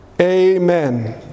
Amen